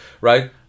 right